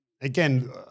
again